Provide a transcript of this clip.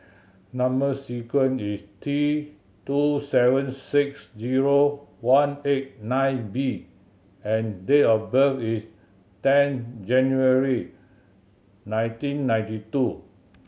number sequence is T two seven six zero one eight nine B and date of birth is ten January nineteen ninety two